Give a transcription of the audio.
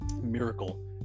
Miracle